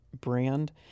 brand